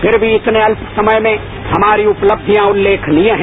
फिर भी इतने अल्प समय में हमारी उपलबंधियां उल्लेखनीय है